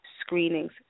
screenings